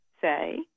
Say